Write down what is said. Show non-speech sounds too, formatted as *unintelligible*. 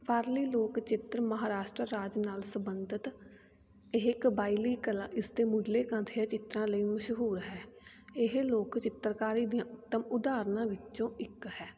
ਬਾਹਰਲੀ ਲੋਕ ਚਿੱਤਰ ਮਹਾਰਾਸ਼ਟਰ ਰਾਜ ਨਾਲ ਸੰਬੰਧਿਤ ਇਹ ਕਬਾਇਲੀ ਕਲਾ ਇਸ ਦੇ ਮੁੱਢਲੇ *unintelligible* ਚਿੱਤਰਾਂ ਲਈ ਮਸ਼ਹੂਰ ਹੈ ਇਹ ਲੋਕ ਚਿੱਤਰਕਾਰੀ ਦੀਆਂ ਉੱਤਮ ਉਦਾਹਰਨਾਂ ਵਿੱਚੋਂ ਇੱਕ ਹੈ